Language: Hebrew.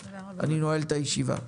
אני נועל את הישיבה.